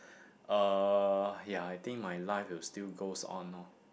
uh ya I think my life will still goes on loh